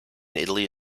italy